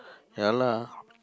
ya lah